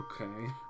Okay